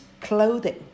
clothing